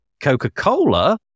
Coca-Cola